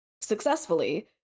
successfully